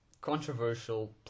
controversial